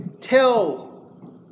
tell